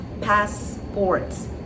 passports